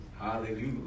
Hallelujah